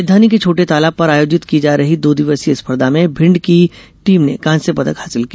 राजधानी के छोटे तालाब पर आयोजित की जा रही दो दिवसीय स्पर्धा में भिंड की टीम ने कांस्यपदक हासिल किया